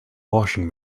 washing